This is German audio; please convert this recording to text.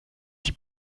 die